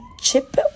chip